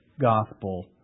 gospel